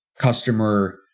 customer